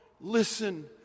listen